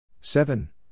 Seven